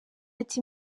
ati